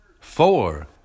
Four